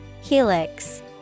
Helix